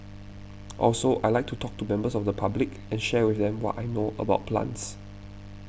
also I like to talk to members of the public and share with them what I know about plants